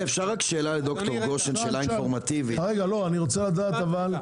אני רוצה לדעת,